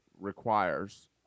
requires